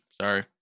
sorry